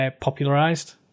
popularized